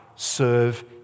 Serve